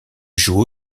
joue